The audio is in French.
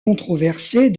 controversée